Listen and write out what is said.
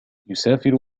يسافر